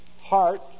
heart